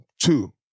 two